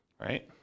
right